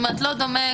לא דומה,